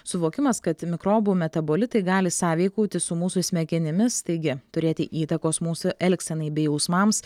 suvokimas kad mikrobų metabolitai gali sąveikauti su mūsų smegenimis taigi turėti įtakos mūsų elgsenai bei jausmams